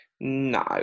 No